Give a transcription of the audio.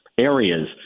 areas